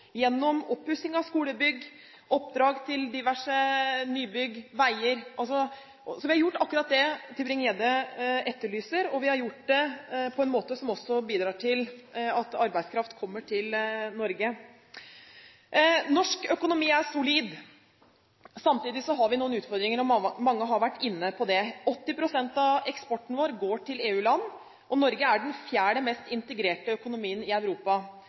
gjennom oppussing av skolebygg, oppdrag til diverse nybygg, veier. Så vi har gjort akkurat det Tybring-Gjedde etterlyser, og vi har gjort det på en måte som også bidrar til at arbeidskraft kommer til Norge. Norsk økonomi er solid. Samtidig har vi noen utfordringer, og mange har vært inne på det. 80 pst. av eksporten vår går til EU-land, og Norge er den fjerde mest integrerte økonomien i Europa.